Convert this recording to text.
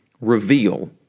reveal